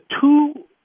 two